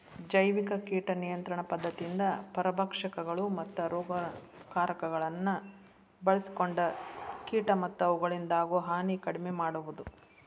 ಜೈವಿಕ ಕೇಟ ನಿಯಂತ್ರಣ ಪದ್ಧತಿಯಿಂದ ಪರಭಕ್ಷಕಗಳು, ಮತ್ತ ರೋಗಕಾರಕಗಳನ್ನ ಬಳ್ಸಿಕೊಂಡ ಕೇಟ ಮತ್ತ ಅವುಗಳಿಂದಾಗೋ ಹಾನಿ ಕಡಿಮೆ ಮಾಡಬೋದು